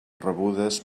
rebudes